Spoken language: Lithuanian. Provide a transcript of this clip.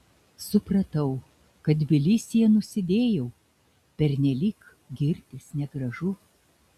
supratau kad tbilisyje nusidėjau pernelyg girtis negražu